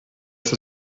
ist